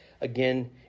Again